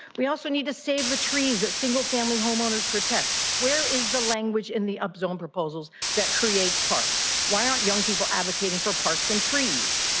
we also need to save the trees at single family homeowners protect. where is the language in the up zoned proposals that creates parks? why aren't young people advocating for parks and trees?